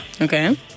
Okay